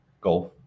Golf